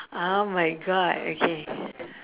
oh my god okay